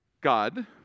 God